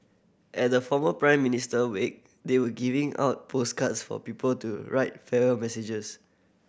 at the former Prime Minister wake they were giving out postcards for people to write farewell messages